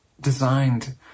designed